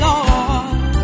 Lord